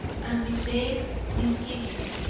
and with vague misgivings,